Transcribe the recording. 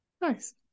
Nice